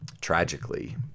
tragically